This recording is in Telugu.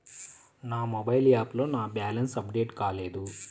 నా మొబైల్ యాప్లో నా బ్యాలెన్స్ అప్డేట్ కాలేదు